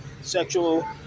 sexual